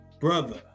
brother